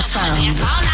Sound